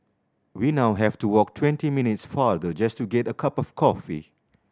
we now have to walk twenty minutes farther just to get a cup of coffee